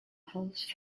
halls